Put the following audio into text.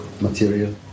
material